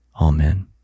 Amen